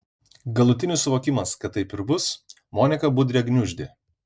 galutinis suvokimas kad taip ir bus moniką budrę gniuždė